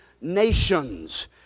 nations